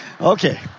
Okay